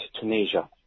Tunisia